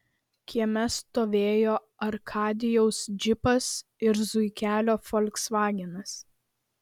kieme stovėjo arkadijaus džipas ir zuikelio folksvagenas